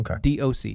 DOC